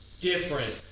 different